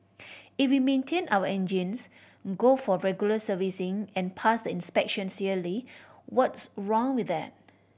if we maintain our engines go for regular servicing and pass the inspections yearly what's wrong with that